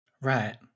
Right